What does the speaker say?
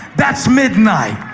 that's midnight.